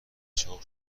چاق